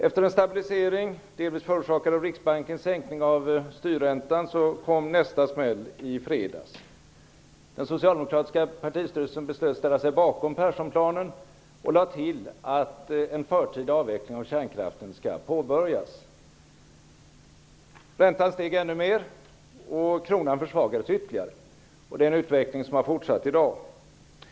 Efter en stabilisering, delvis förorsakad av Riksbankens sänkning av styrräntan, kom nästa smäll i fredags. Den socialdemokratiska partistyrelsen beslöt att ställa sig bakom Perssonplanen och lade till att en förtida avveckling av kärnkraften skall påbörjas. Räntan steg ännu mer och kronan försvagades ytterligare. Det är en utveckling som har fortsatt i dag.